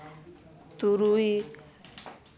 ᱛᱩᱨᱩᱭ